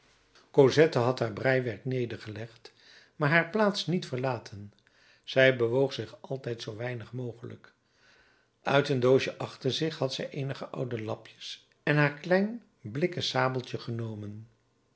cosette had haar breiwerk nedergelegd maar haar plaats niet verlaten zij bewoog zich altijd zoo weinig mogelijk uit een doosje achter zich had zij eenige oude lapjes en haar klein blikken sabeltje genomen